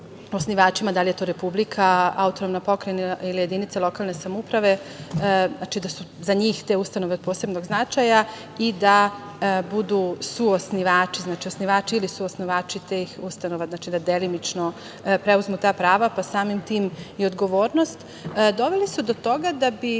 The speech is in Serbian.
da li je to republika, autonomna pokrajina ili jedinica lokalne samouprave, znači da su za njih te ustanove od posebnog značaj i da budu suosnivači. Znači, osnivači ili suosnivači tih ustanova, znači da delimično preuzmu ta prava, pa samim tim i odgovornost doveli su do toga da se